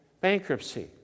bankruptcy